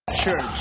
church